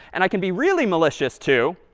and i can be really malicious, too,